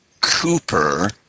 Cooper